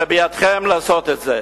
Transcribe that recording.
ובידכם לעשות את זה.